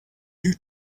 you